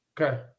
Okay